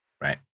Right